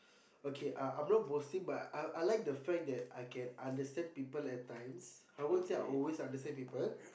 okay uh I'm not boasting but I I like the fact that I can understand people at times I won't say I always understand people